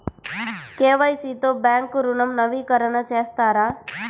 KYC తో bank ఋణం నవీకరణ చేస్తారా?